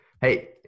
Hey